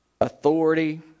authority